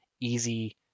easy